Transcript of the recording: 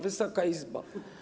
Wysoka Izbo!